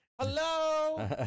Hello